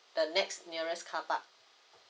the next nearest car park